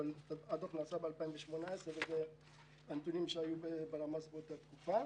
הדוח נעשה ב-2018 ואלה הנתונים שהיו בלמ"ס באותה תקופה,